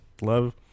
love